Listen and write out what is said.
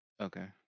Okay